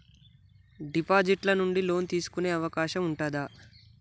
Deposit ల నుండి loan తీసుకునే అవకాశం ఉంటదా?